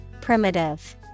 primitive